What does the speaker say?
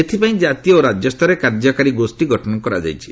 ଏଥିପାଇଁ ଜାତୀୟ ଓ ରାଜ୍ୟସ୍ତରରେ କାର୍ଯ୍ୟକାରୀ ଗୋଷ୍ଠୀ ଗଠନ କରାଯାଇଛି